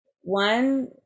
one